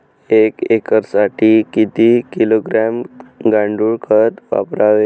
एक एकरसाठी किती किलोग्रॅम गांडूळ खत वापरावे?